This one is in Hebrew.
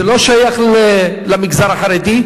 זה לא שייך למגזר החרדי,